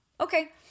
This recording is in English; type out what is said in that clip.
okay